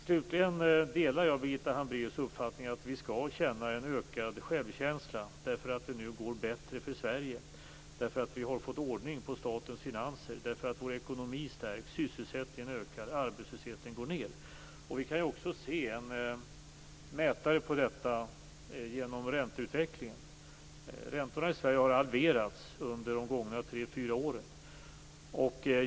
Slutligen delar jag Birgitta Hambraeus uppfattning att vi skall känna en ökad självkänsla för att det nu går bättre för Sverige. Vi har fått ordning på statens finanser. Vår ekonomi stärks. Sysselsättningen ökar och arbetslösheten går ned. Vi kan också se en mätare på detta genom ränteutvecklingen. Räntorna i Sverige har halverats under de gångna tre fyra åren.